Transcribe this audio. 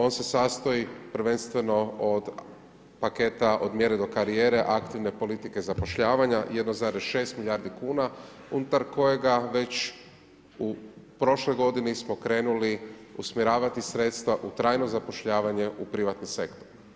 On se sastoji, prvenstveno, od paketa od mjere do karijere aktivne politike zapošljavanja, 1,6 milijardi kuna, unutar kojega već u prošloj godini smo krenuli usmjeravati sredstva u trajno zapošljavanje u privatni sektor.